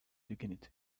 dignity